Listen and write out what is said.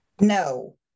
No